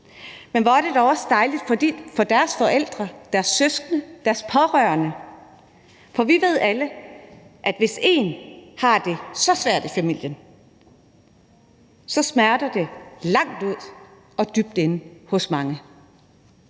Men hvor er det dog også dejligt for deres forældre, deres søskende, deres pårørende, for vi ved alle, at hvis en har det så svært i familien, smerter det vidt omkring og dybt inde hos mange.